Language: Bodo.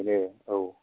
औ